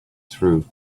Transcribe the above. through